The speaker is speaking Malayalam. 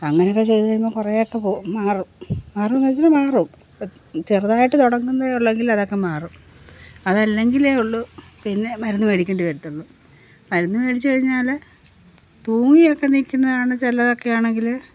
അങ്ങനെയൊക്കെ ചെയ്തു കഴിയുമ്പോൾ കുറെയൊക്കെ പോവും മാറും മാറും എന്ന് വെച്ചാൽ മാറും ചെറുതായിട്ട് തുടങ്ങുന്നതെ ഉള്ളൂവെങ്കിൽ അതൊക്കെ മാറും അതല്ലെങ്കിലേ ഉള്ളൂ പിന്നെ മരുന്നു മേടിക്കേണ്ടി വരത്തുള്ളൂ മരുന്നു മേടിച്ചു കഴിഞ്ഞാൽ തൂങ്ങി ഒക്കെ നിൽക്കുന്ന ആണ് ചിലതൊക്കെയാണെങ്കിൽ